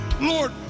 lord